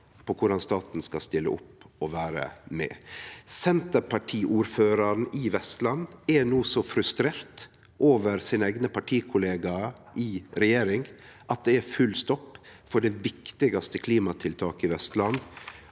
på korleis staten skal stille opp og vere med. Senterparti-ordføraren i Vestland er no så frustrert over sine eigne partikollegaer i regjering at det er full stopp for det viktigaste klimatiltaket i Vestland,